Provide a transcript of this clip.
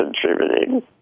contributing